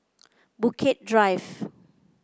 Bukit Drive